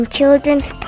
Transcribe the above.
Children's